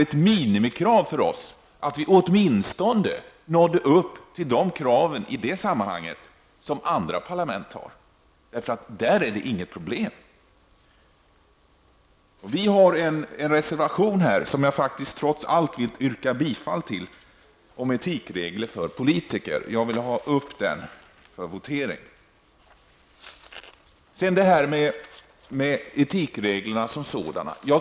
Ett minimikrav vore att vi åtminstone nådde upp till de krav i detta avseende som andra parlament ställer, för där utgör inte detta något problem. Vi i milijöpartiet har avgett en reservation till detta betänkande, som jag trots allt vill yrka bifall till. Reservationen handlar om etikregler för politiker. Jag avser att begära votering om denna reservation.